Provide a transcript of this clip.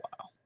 Wow